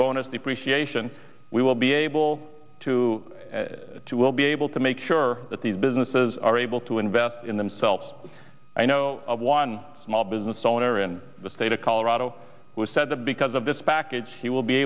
bonus depreciation we will be able to to we'll be able to make sure that these businesses are able to invest in themselves i know of one small business owner in the state of colorado was said that because of this package he will be